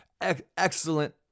Excellent